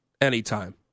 anytime